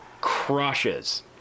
crushes